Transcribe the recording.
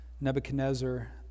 Nebuchadnezzar